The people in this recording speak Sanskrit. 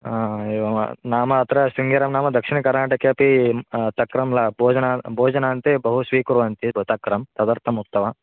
हा एवं नाम अत्र शृङ्गेर्यां नाम दक्षिणकर्नाटके अपि तक्रं ल भोजनं भोजनान्ते बहु स्वीकृर्वन्ति तक्रं तदर्थम् उक्तवान्